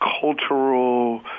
cultural